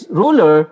ruler